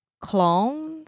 clones